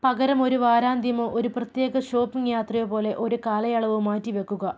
പകരം ഒരു വാരാന്ത്യമോ ഒരു പ്രത്യേക ഷോപ്പിംഗ് യാത്രയോ പോലെ ഒരു കാലയളവ് മാറ്റിവയ്ക്കുക